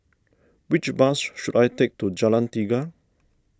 which bus should I take to Jalan Tiga